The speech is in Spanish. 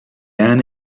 han